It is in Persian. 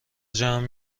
جمع